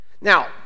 Now